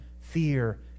fear